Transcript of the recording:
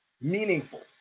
Meaningful